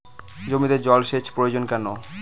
জমিতে জল সেচ প্রয়োজন কেন?